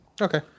Okay